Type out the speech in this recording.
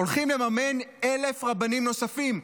הולכים לממן 1,000 רבנים נוספים,